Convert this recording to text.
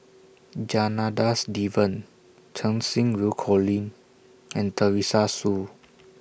Janadas Devan Cheng Xinru Colin and Teresa Hsu